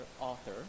author